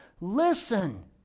Listen